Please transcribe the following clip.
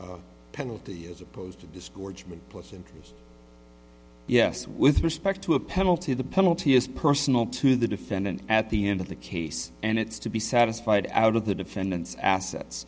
penalty as opposed to disgorge me plus interest yes with respect to a penalty the penalty is personal to the defendant at the end of the case and it's to be satisfied out of the defendant's assets